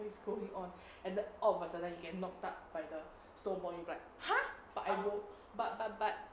what's going on and then all of a sudden you knocked out by the snowball you'll be like !huh! but I don't but but but